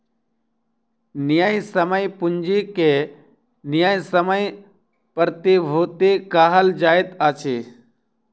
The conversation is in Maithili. न्यायसम्य पूंजी के न्यायसम्य प्रतिभूति कहल जाइत अछि